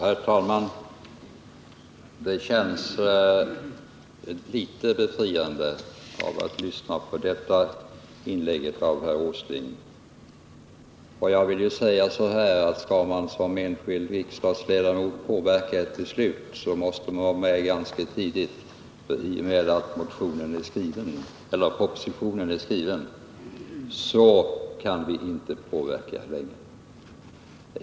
Herr talman! Det kändes befriande att lyssna på detta inlägg av herr Åsling. Skall man såsom enskild riksdagsledamot påverka ett beslut, måste man vara med ganska tidigt. I och med att propositionen är skriven kan vi inte påverka den.